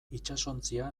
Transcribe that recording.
itsasontzia